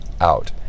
out